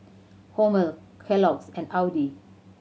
Hormel Kellogg's and Audi